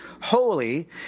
holy